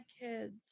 kids